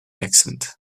accent